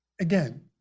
again